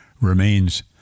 remains